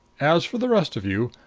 as for the rest of you,